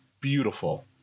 Beautiful